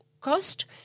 cost